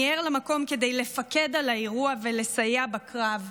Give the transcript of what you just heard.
מיהר למקום כדי לפקד על האירוע ולסייע בקרב,